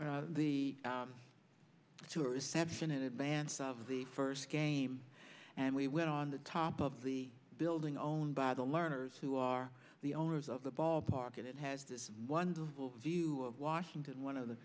the to a reception in advance of the first game and we went on the top of the building owned by the learners who are the owners of the ball park and it has this wonderful view of washington one of the